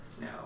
No